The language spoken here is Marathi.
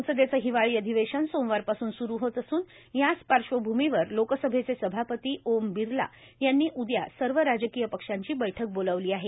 संसदेचं हिवाळी आधिवेशन सोमवारपासून स्रु होत असून याच पार्श्वभूमीवर लोकसभेचे सभापती ओम बिर्ला यांनी उदया सर्व राजकीय पक्षांची बैठक बोलावली आहे